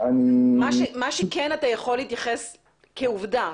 מה שכן אתה יכול להתייחס כעובדה,